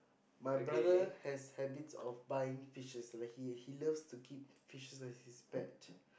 my brother has habits of buying fishes like he he loves to keep fishes as his pet